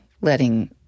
letting